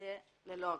זה יהיה ללא אגרה.